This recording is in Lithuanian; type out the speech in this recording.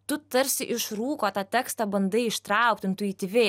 tu tarsi iš rūko tą tekstą bandai ištraukt intuityviai